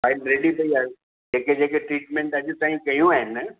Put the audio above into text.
file ready पइ आहे जेके जेके ट्रीटमेंट अॼु ताईं कयूं आहिनि